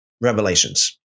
revelations